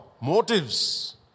Motives